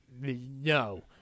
No